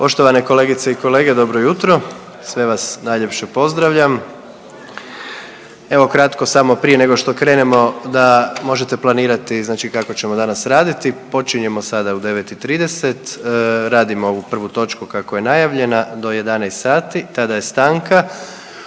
Poštovane kolegice i kolege dobro jutro, sve vas najljepše pozdravljam. Evo kratko samo prije nego što krenemo da možete planirati znači kako ćemo danas raditi. Počinjemo sada u 9 i 30, radimo ovu prvu točku kako je najavljena do 11 sati, tada je stanka,